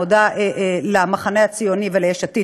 מודה למחנה הציוני וליש עתיד,